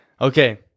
Okay